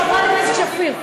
חברת הכנסת שפיר,